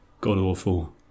god-awful